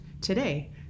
today